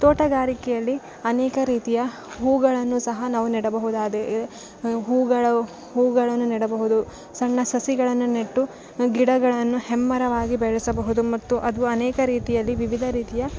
ತೋಟಗಾರಿಕೆಯಲ್ಲಿ ಅನೇಕ ರೀತಿಯ ಹೂವುಗಳನ್ನು ಸಹ ನಾವು ನೆಡಬಹುದಾದೆಯೆ ಹೂವುಗಳು ಹೂವುಗಳನ್ನು ನೆಡಬಹುದು ಸಣ್ಣ ಸಸಿಗಳನ್ನು ನೆಟ್ಟು ಗಿಡಗಳನ್ನು ಹೆಮ್ಮರವಾಗಿ ಬೆಳೆಸಬಹುದು ಮತ್ತು ಅದು ಅನೇಕ ರೀತಿಯಲ್ಲಿ ವಿವಿಧ ರೀತಿಯ